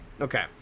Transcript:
Okay